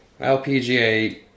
LPGA